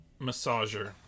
massager